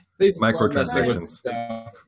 microtransactions